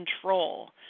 control